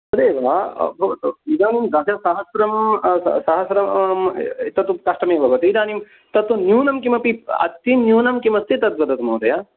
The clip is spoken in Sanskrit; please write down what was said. तदेव भवतु इदानीं दशसहस्रं सहस्रं तत्तु कष्टमेव भवति न्यूनं किमपि अति न्यूनं किमस्ति तद्वदतु महोदय